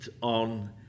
on